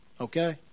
Okay